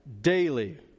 daily